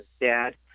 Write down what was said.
dad